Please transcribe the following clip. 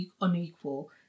unequal